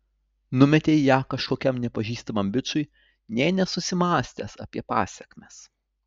numetei ją kažkokiam nepažįstamam bičui nė nesusimąstęs apie pasekmes